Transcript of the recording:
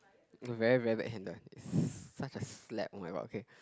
very very bad handles such a slap oh-my-god okay